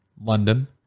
London